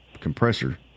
compressor